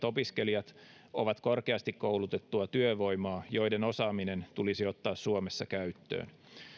opiskelijat ovat korkeasti koulutettua työvoimaa joiden osaaminen tulisi ottaa suomessa käyttöön